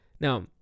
Now